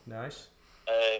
nice